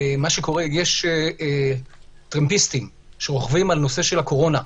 יש טרמפיסטים שרוכבים על נושא הקורונה.